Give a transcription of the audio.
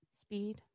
Speed